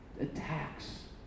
attacks